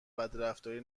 بدرفتاری